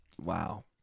wow